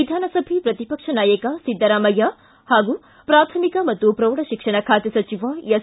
ವಿಧಾನಸಭೆಯ ಪ್ರತಿಪಕ್ಷ ನಾಯಕ ಸಿದ್ದರಾಮಯ್ಯ ಪಾಗೂ ಪ್ರಾಥಮಿಕ ಮತ್ತು ಪ್ರೌಢಶಿಕ್ಷಣ ಖಾತೆ ಸಚಿವ ಎಸ್